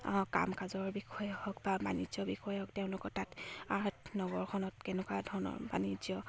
কাম কাজৰ বিষয়ে হওক বা বাণিজ্য বিষয়ে হওক তেওঁলোকৰ তাত আঁহ নগৰখনত কেনেকুৱা ধৰণৰ বাণিজ্য